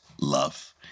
love